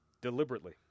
deliberately